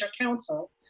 Council